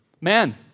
man